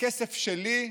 בכסף שלי,